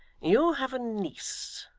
you have a niece,